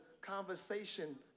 conversation